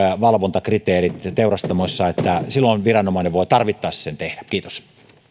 valvontakriteerit että silloin viranomainen voi tarvittaessa sen tehdä kiitos